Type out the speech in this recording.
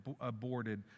aborted